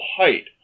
height